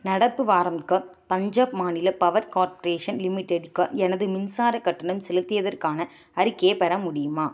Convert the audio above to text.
நடப்பு வாரம்க்கு பஞ்சாப் மாநில பவர் கார்ப்ரேஷன் லிமிடெடுக்கு எனது மின்சார கட்டணம் செலுத்தியதற்கான அறிக்கையை பெற முடியுமா